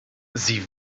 sie